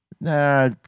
Nah